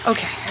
Okay